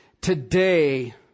today